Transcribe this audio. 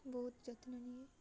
ବହୁତ ଯତ୍ନ ନିଏ